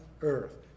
earth